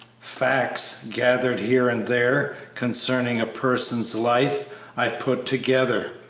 facts gathered here and there concerning a person's life i put together,